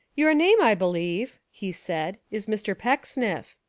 your name, i believe, he said, is mr. pecksniff.